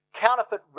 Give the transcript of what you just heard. counterfeit